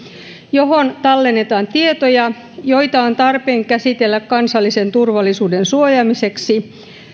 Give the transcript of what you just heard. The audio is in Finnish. johon tallennetaan tietoja joita on tarpeen käsitellä kansallisen turvallisuuden suojaamiseksi